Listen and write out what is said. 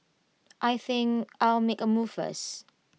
I think I'll make A move first